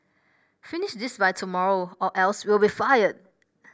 finish this by tomorrow or else you'll be fired